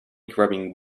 grubbing